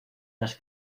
las